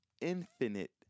infinite